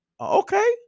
okay